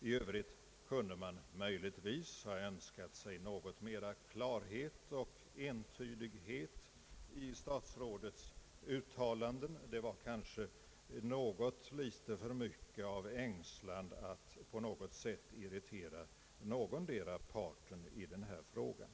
I övrigt kunde man naturligtvis ha önskat sig något större klarhet och entydighet i statsrådets uttalanden. Där fanns kanske något litet för mycket av ängslan att på något sätt irritera någondera parten i den här frågan.